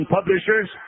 Publishers